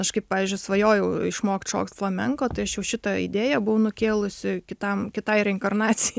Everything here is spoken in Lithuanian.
aš kai pavyzdžiui svajojau išmokt šokt flamenko tai aš jau šitą idėją buvau nukėlusi kitam kitai reinkarnacijai